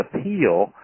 appeal